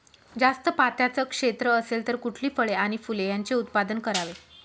जास्त पात्याचं क्षेत्र असेल तर कुठली फळे आणि फूले यांचे उत्पादन करावे?